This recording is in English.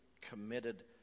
committed